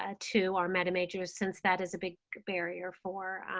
ah to our meta majors, since that is a big barrier for